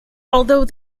although